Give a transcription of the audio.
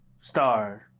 star